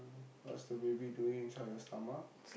what's the baby doing inside your stomach